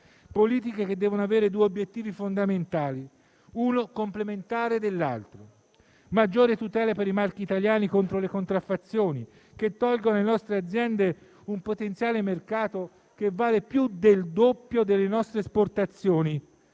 politiche che devono avere due obiettivi fondamentali, uno complementare all'altro. In primo luogo, occorrono maggiori tutele per i marchi italiani contro le contraffazioni che tolgono alle nostre aziende un potenziale mercato che vale più del doppio delle nostre esportazioni.